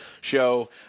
show